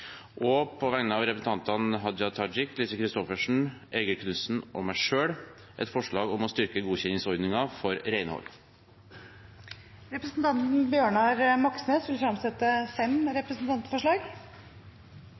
og på vegne av stortingsrepresentantene Hadia Tajik, Lise Christoffersen, Eigil Knutsen og meg selv et forslag om å styrke godkjenningsordningen for renhold. Representanten Bjørnar Moxnes vil fremsette fem